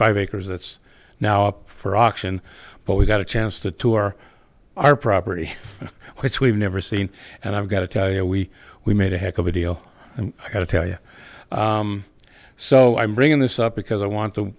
five acres that's now up for auction but we got a chance to tour our property which we've never seen and i've got to tell you we we made a heck of a deal and i gotta tell you so i'm bringing this up because i want the